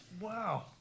Wow